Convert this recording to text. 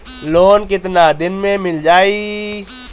Loan कितना दिन में मिल जाई?